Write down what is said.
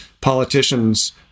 politicians